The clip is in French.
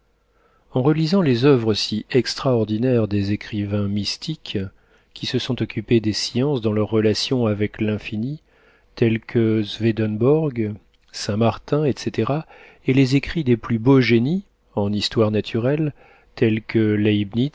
en relisant les oeuvres si extraordinaires des écrivains mystiques qui se sont occupés des sciences dans leurs relations avec l'infini tels que swedenborg saint-martin etc et les écrits des plus beaux génies en histoire naturelle tels que